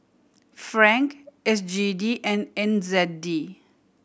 Franc S G D and N Z D